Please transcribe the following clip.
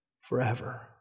forever